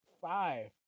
five